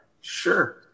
Sure